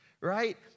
right